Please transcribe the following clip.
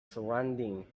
surrounding